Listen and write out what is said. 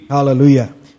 Hallelujah